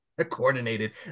coordinated